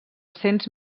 cents